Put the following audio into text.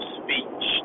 speech